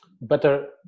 better